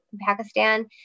Pakistan